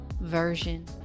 version